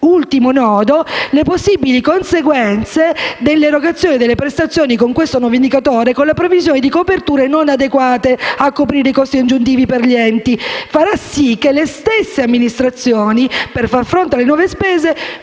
L'ultimo nodo sono le possibili conseguenze dell'erogazione delle prestazioni con questo nuovo indicatore e con la previsione di coperture non adeguate a coprire i costi aggiuntivi per gli enti. Le stesse amministrazioni per far fronte alle nuove spese